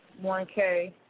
1k